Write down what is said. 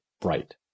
bright